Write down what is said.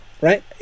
Right